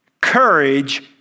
courage